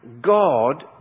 God